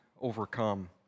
overcome